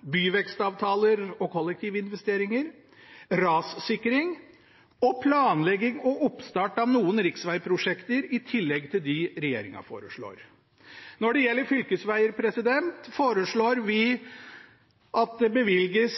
byvekstavtaler og kollektivinvesteringer, rassikring og planlegging og oppstart av noen riksvegprosjekter i tillegg til dem regjeringen foreslår. Når det gjelder fylkesveger, foreslår vi at det bevilges